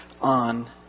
on